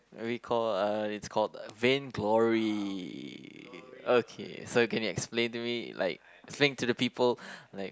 recall uh it's called Vainglory okay so can you explain to me like explain to the people like